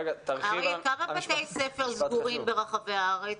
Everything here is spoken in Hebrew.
אריה, כמה בתי ספר סגורים ברחבי הארץ?